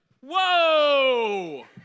Whoa